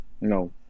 No